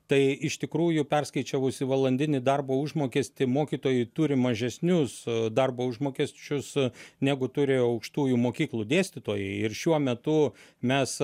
tai iš tikrųjų perskaičiavus į valandinį darbo užmokestį mokytojai turi mažesnius darbo užmokesčius negu turi aukštųjų mokyklų dėstytojai ir šiuo metu mes